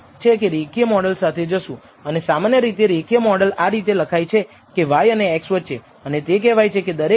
આપણે એમ માનીને રેખીય મોડેલ લગાવ્યું છે કે તમે જાણો છો કે x અને y વચ્ચે રેખીય અવલંબન છે અને આપણે β̂1 નો અંદાજ મેળવ્યો છે